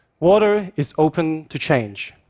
water is open to change.